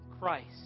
Christ